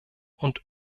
und